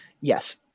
Yes